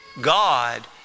God